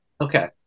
Okay